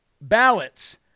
ballots